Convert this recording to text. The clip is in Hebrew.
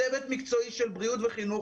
שיהיה צוות מקצועי של בריאות וחינוך.